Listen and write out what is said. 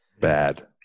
bad